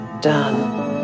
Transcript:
done